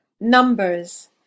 Numbers